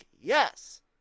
yes